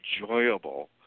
enjoyable